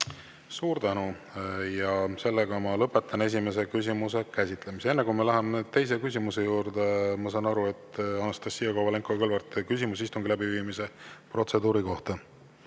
Suur tänu! Ma lõpetan esimese küsimuse käsitlemise. Enne kui me läheme teise küsimuse juurde, ma saan aru, on Anastassia Kovalenko-Kõlvartil küsimus istungi läbiviimise protseduuri kohta.